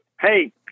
Hey